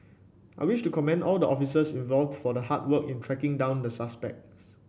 I wish to commend all the officers involved for the hard work in tracking down the suspects